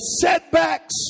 setbacks